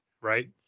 right